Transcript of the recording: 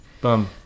Boom